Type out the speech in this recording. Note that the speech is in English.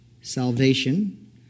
salvation